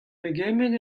pegement